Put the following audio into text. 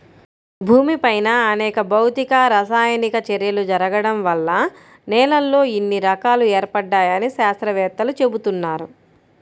భూమిపైన అనేక భౌతిక, రసాయనిక చర్యలు జరగడం వల్ల నేలల్లో ఇన్ని రకాలు ఏర్పడ్డాయని శాత్రవేత్తలు చెబుతున్నారు